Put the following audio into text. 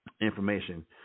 information